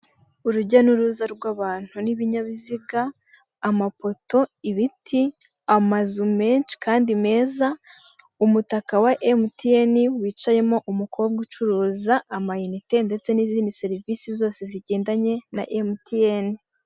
Urujya n'uruza rw'abantu n'ibinyabiziga, amapoto, ibiti, amazu menshi kandi meza, umutaka wa Emutiyeni wicayemo umukobwa ucuruza amayinite ndetse n'izindi serivisi zose zigendanye na Emutiyeni.